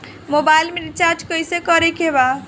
Mobile में recharge कइसे करे के बा?